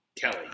Kelly